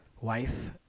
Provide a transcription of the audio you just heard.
wife